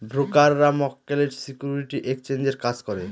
ব্রোকাররা মক্কেলের সিকিউরিটি এক্সচেঞ্জের কাজ করে